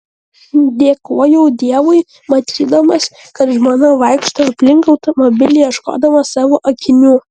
dėkojau dievui matydamas kad žmona vaikšto aplink automobilį ieškodama savo akinių